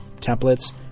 templates